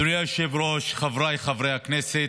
אדוני היושב-ראש, חבריי חברי הכנסת,